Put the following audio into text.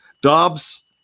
Dobbs